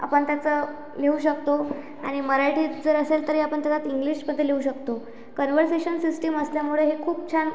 आपण त्याचं लिहू शकतो आणि मराठीत जर असेल तरी आपण त्याच्यात इंग्लिशमध्ये लिहू शकतो कनवर्सेशन सिस्टीम असल्यामुळे हे खूप छान